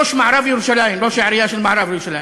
ראש העירייה של מערב ירושלים,